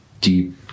deep